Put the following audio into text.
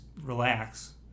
relax